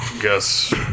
guess